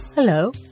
Hello